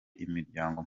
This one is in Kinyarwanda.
imiryango